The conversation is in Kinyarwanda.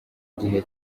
gihe